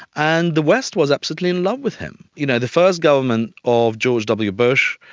and the west was absolutely in love with him. you know the first government of george w bush,